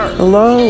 Hello